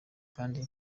kandi